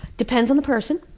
depends on the person.